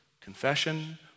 confession